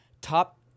top